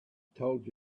told